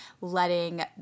letting